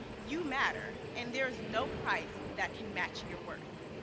you matter and there is no price that can match your worth.